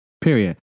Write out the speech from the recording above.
period